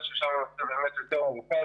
ששם נושא הארנונה הוא באמת יותר מורכב.